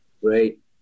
Great